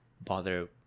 bother